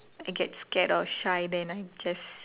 I get scared or shy then I just